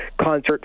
concert